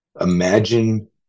Imagine